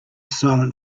silent